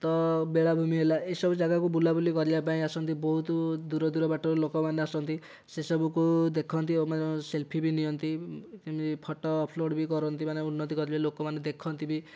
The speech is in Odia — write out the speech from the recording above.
ତ ବେଳାଭୂମି ହେଲା ଏସବୁ ଜାଗାକୁ ବୁଲାବୁଲି କରିବା ପାଇଁ ଆସନ୍ତି ବହୁତ ଦୂର ଦୂର ବାଟରୁ ଲୋକମାନେ ଆସନ୍ତି ସେ ସବୁକୁ ଦେଖନ୍ତି ଆଉ ମା' ସେଲ୍ଫି ବି ନିଅନ୍ତି ଏମିତି ଫଟୋ ଅପଲୋଡ଼୍ ବି କରନ୍ତି ମାନେ ଉନ୍ନତି କଲେ ଲୋକମାନେ ଦେଖନ୍ତି ବି